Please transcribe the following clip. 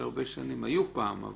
היו פעם.